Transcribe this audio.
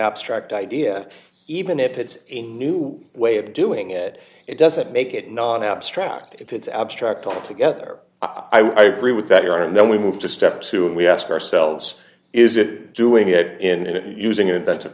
abstract idea even if it's a new way of doing it it doesn't make it non abstract if it's abstract altogether i agree with that year and then we move to step two and we ask ourselves is it doing it and using inventive